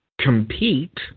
compete